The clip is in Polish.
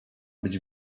być